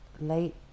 late